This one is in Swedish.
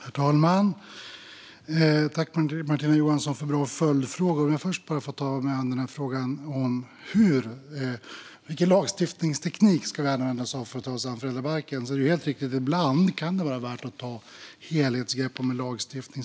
Herr talman! Tack, Martina Johansson, för bra följdfrågor! Låt mig först ta frågan om vilken lagstiftningsteknik vi ska använda oss av för att ta oss an föräldrabalken. Det är helt riktigt att det ibland kan vara värt att ta ett helhetsgrepp om en lagstiftning.